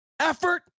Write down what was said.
effort